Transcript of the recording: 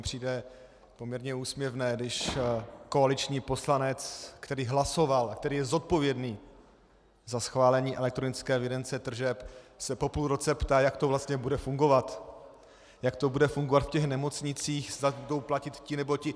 Přijde mi poměrně úsměvné, když koaliční poslanec, který hlasoval, který je zodpovědný za schválení elektronické evidence tržeb, se po půl roce ptá, jak to vlastně bude fungovat, jak to bude fungovat v nemocnicích, zda budou platit ti nebo ti.